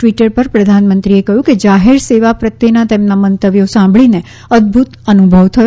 Twitter પર પ્રધાનમંત્રીએ કહ્યું કે જાહેર સેવા પ્રત્યેના તેમના મંતવ્યો સાંભળીને અદભૂત અનુભવ થયો